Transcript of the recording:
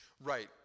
Right